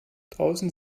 draußen